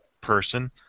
person